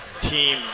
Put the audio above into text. team